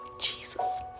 Jesus